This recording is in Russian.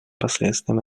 последствиям